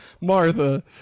Martha